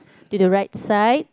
did the right side